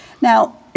now